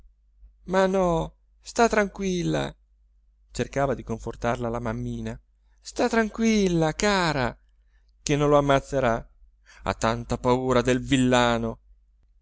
ma no stà tranquilla cercava di confortarla la mammina stà tranquilla cara che non lo ammazzerà ha tanta paura del villano